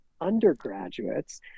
undergraduates